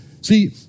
See